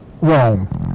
Rome